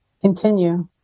continue